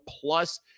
plus